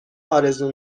آرزو